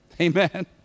Amen